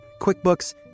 QuickBooks